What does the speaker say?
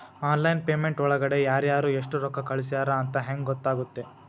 Online payment ಒಳಗಡೆ ಯಾರ್ಯಾರು ಎಷ್ಟು ರೊಕ್ಕ ಕಳಿಸ್ಯಾರ ಅಂತ ಹೆಂಗ್ ಗೊತ್ತಾಗುತ್ತೆ?